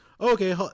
Okay